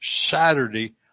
Saturday